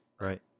Right